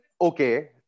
okay